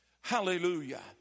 Hallelujah